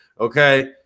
Okay